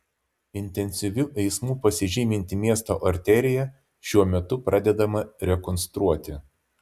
intensyviu eismu pasižyminti miesto arterija šiuo metu pradedama rekonstruoti